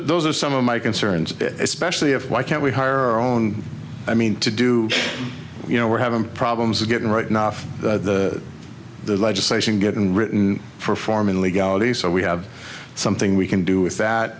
those are some of my concerns especially if why can't we hire our own i mean to do you know we're having problems getting right now off the legislation getting written for farming legality so we have something we can do with that